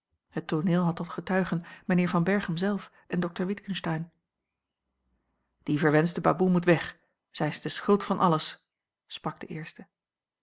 het tooneel had tot getuigen mijnheer van berchem zelf en dokter witgensteyn die verwenschte baboe moet weg zij is de schuld van alles sprak de eerste